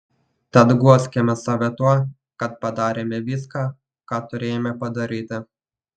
tad guoskime save tuo kad padarėme viską ką turėjome padaryti